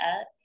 up